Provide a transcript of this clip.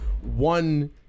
One